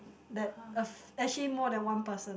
that a actually more than one person